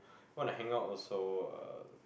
want to hang out also uh